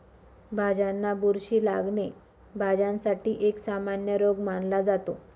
भाज्यांना बुरशी लागणे, भाज्यांसाठी एक सामान्य रोग मानला जातो